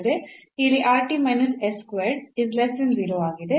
ಇಲ್ಲಿ ಆಗಿದೆ